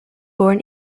born